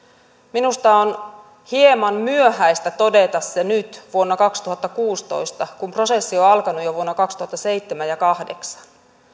minusta on hieman myöhäistä todeta se nyt vuonna kaksituhattakuusitoista kun prosessi on alkanut jo vuonna kaksituhattaseitsemän